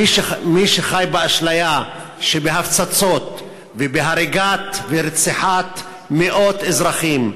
מי שחי באשליה שבהפצצות ובהריגת ורציחת מאות אזרחים,